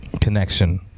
connection